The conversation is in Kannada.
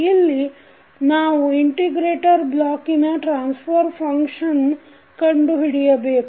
ಇಲ್ಲಿ ನಾವು ಇಂಟಿಗ್ರೇರ್ ಬ್ಲಾಕಿನ ಟ್ರಾನ್ಸಫರ್ ಫಂಕ್ಷನ್ ಕಂಡುಹಿಡಿಯಬೇಕು